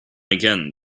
again